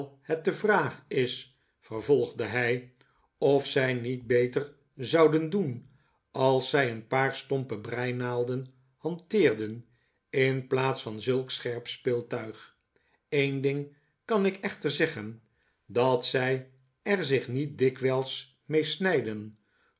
het de vraag is vervolgde hij r of zij niet beter zouden doen als zij een paar stompe breinaalden hanteerden in plaats van zulk scherp speeltuig een ding kan ik echter zeggen dat zij er zich niet dikwijls mee snijden